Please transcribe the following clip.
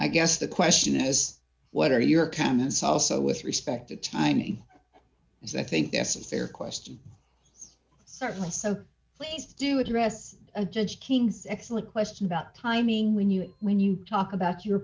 i guess the question is what are your comments also with respect to timing because i think that's a fair question certainly so please do address a judge king's excellent question about timing when you when you talk about your